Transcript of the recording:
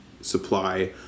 supply